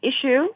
issue